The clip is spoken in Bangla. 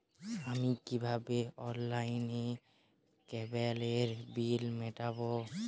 আমি কিভাবে অনলাইনে কেবলের বিল মেটাবো?